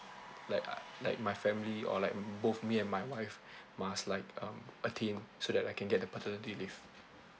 like uh like my family or like mm both me and my wife must like um attain so that I can get the paternity leave